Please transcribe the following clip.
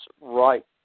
right